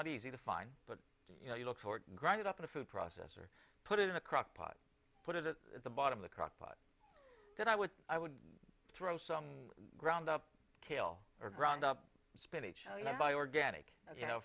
not easy to find but you know you look for granted up in a food processor put it in a crockpot put it at the bottom of the crockpot that i would i would throw some ground up kale or ground up spinach i buy organic you know